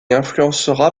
influencera